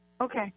Okay